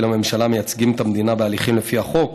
לממשלה המייצגים את המדינה בהליכים לפי החוק